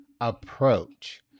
approach